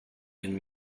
been